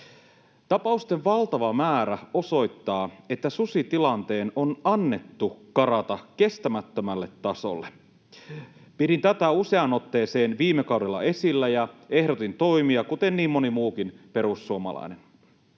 Tapausten valtava määrä osoittaa, että susitilanteen on annettu karata kestämättömälle tasolle. Pidin tätä useaan otteeseen viime kaudella esillä ja ehdotin toimia, kuten niin moni muukin perussuomalainen.